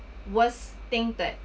worst thing that